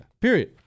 period